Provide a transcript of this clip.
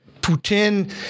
Putin –